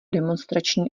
demonstrační